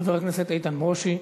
חבר הכנסת איתן ברושי,